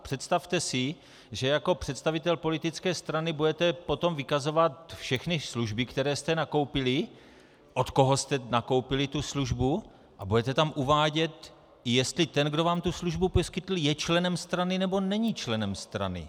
Představte si, že jako představitel politické strany budete potom vykazovat všechny služby, které jste nakoupil, od koho jste nakoupil tu službu, a budete tam uvádět, i jestli ten, kdo vám tu službu poskytl, je členem strany, nebo není členem strany.